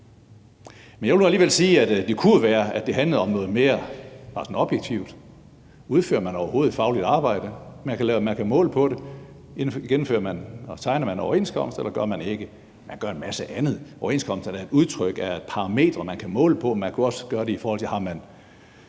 Men jeg vil nu alligevel sige, at det jo kunne være, det handlede om noget mere objektivt: Udfører man overhovedet et fagligt arbejde – man kan måle på det – og tegner man en overenskomst, eller gør man ikke? Man gør en masse andet, og en overenskomst er da et udtryk, en parameter, man kan måle på. Man kunne også gøre det, i forhold til om man